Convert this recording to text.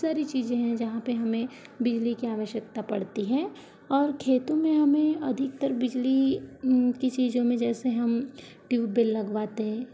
सारी चीज़ें हैं जहाँ पर हमें बिजली की आवश्यकता पड़ती है और खेतों में हमें अधिकतर बिजली कि चीज़ों जैसे हम ट्यूबबेल लगवाते हैं